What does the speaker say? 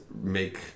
make